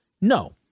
No